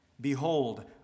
Behold